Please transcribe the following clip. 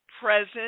present